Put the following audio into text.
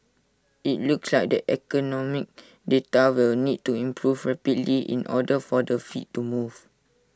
IT looks like the economic data will need to improve rapidly in order for the fed to move